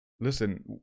Listen